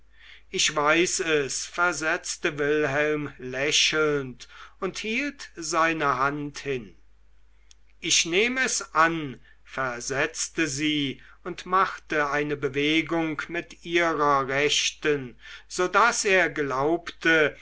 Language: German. ich weiß es versetzte wilhelm lächelnd und hielt seine hand hin ich nehm es an versetzte sie und machte eine bewegung mit ihrer rechten so daß er glaubte